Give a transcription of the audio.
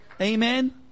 Amen